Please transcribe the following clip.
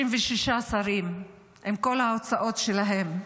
36 שרים, עם כל ההוצאות שלהם,